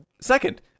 Second